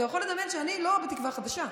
אתה יכול לדמיין שאני לא בתקווה חדשה,